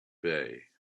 bay